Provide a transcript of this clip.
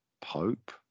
Pope